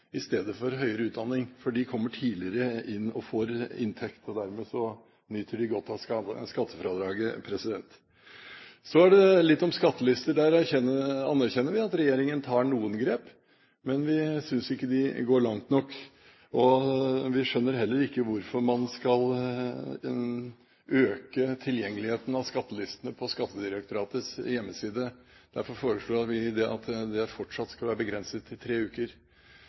i stedet for høyere utdanning. De kommer tidligere inn og får inntekt, dermed nyter de godt av skattefradraget. Så litt om skattelister. Der anerkjenner vi at regjeringen tar noen grep, men vi synes ikke de går langt nok. Vi skjønner heller ikke hvorfor man skal øke tilgjengeligheten av skattelistene på Skattedirektoratets hjemmeside. Derfor foreslår vi at det fortsatt skal være begrenset til tre uker.